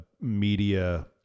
media